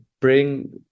bring